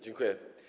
Dziękuję.